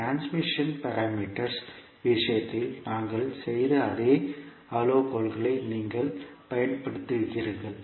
transmission parameters விஷயத்தில் நாங்கள் செய்த அதே அளவுகோல்களை நீங்கள் பயன்படுத்துவீர்கள்